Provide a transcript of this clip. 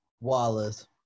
Wallace